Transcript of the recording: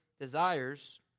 desires